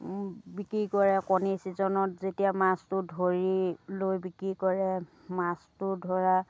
বিক্ৰী কৰে কণী চিজনত যেতিয়া মাছটো ধৰি লৈ বিক্ৰী কৰে মাছটো ধৰা